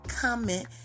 comment